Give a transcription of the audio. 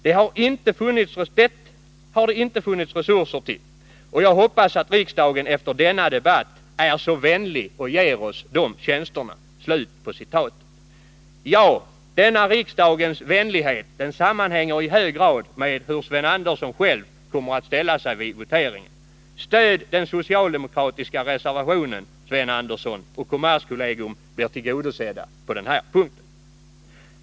Det har inte funnits resurser till det, och jag hoppas att riksdagen efter denna debatt är så vänlig och ger oss de tjänsterna.” Denna riksdagens vänlighet sammanhänger i hög grad med hur Sven Andersson själv kommer att ställa sig vid voteringen. Stöd den socialdemokratiska reservationen, Sven Andersson, och kommerskollegiet blir tillgodosett på denna punkt!